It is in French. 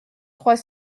trois